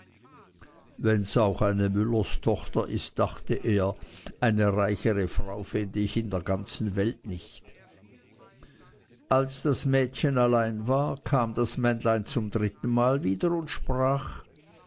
wenns auch eine müllerstochter ist dachte er eine reichere frau finde ich in der ganzen welt nicht als das mädchen allein war kam das männlein zum drittenmal wieder und sprach